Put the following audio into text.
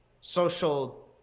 social